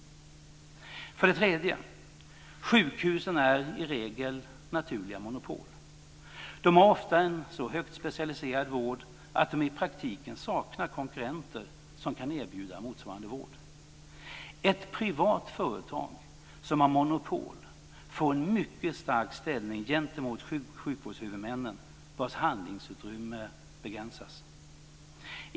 För det tredje är sjukhusen i regel naturliga monopol. De har ofta en så högt specialiserad vård att de i praktiken saknar konkurrenter som kan erbjuda motsvarande vård. Ett privat företag som har monopol får en mycket stark ställning gentemot sjukvårdshuvudmännen, vars handlingsutrymme begränsas.